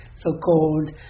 so-called